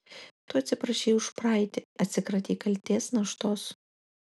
tu atsiprašei už praeitį atsikratei kaltės naštos